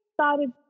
started